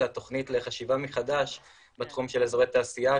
התוכנית לחשיבה מחדש בתחום של אזורי תעשייה,